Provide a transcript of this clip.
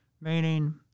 meaning